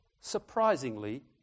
surprisingly